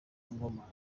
ngoma